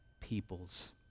peoples